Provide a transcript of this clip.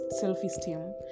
self-esteem